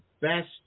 best